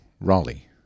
Raleigh